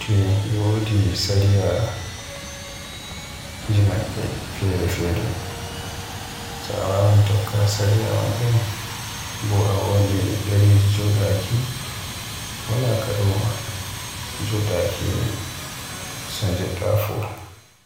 toye be wodi sariya ji mabbe fere-fere. So a waawai tokka sariya mabbe bo a wodi dereji jodaaki, wala kadowoma jodaaki so ngidda fuf.